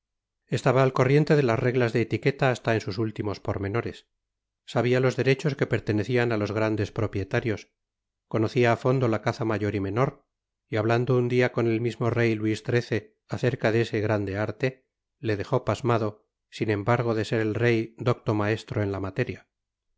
estaba al corriente de las reglas de etiqueta hasta en sus últimos pormenores sabia los derechos que pertenecían á los grandes propietarios conocía á fondo la caza mayor y menor y hablando un dia con el mismo rey luis xiii acerca de ese grande arte le dejó pasmado sin embargo de ser el rey docto maestro en la materia